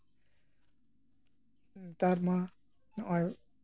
ᱱᱮᱛᱟᱨ ᱢᱟ ᱱᱚᱜᱼᱚᱭ